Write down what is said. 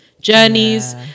journeys